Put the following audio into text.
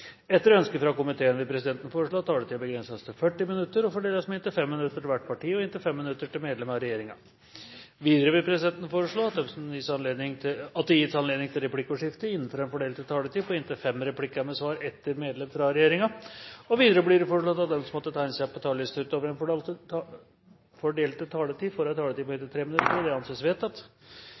Etter ønske fra energi- og miljøkomiteen vil presidenten foreslå at taletiden begrenses til 40 minutter og fordeles med inntil 5 minutter til hvert parti og inntil 5 minutter til medlem av regjeringen. Videre vil presidenten foreslå at det gis anledning til replikkordskifte på inntil fem replikker med svar etter innlegg fra medlem av regjeringen innenfor den fordelte taletid. Videre blir det foreslått at de som måtte tegne seg på talerlisten utover den fordelte taletid, får en taletid på inntil 3 minutter. – Det anses vedtatt.